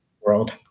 world